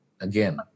again